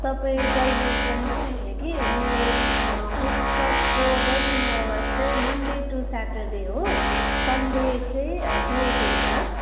तपाईँ जहिले पनि चाहिँ हो कि मेरो बुक सपको वर्किङ् आवर्स चाहिँ मन्डे टु स्याटर्डे हो सन्डे चाहिँ क्लोज हुन्छ